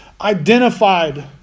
identified